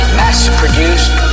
mass-produced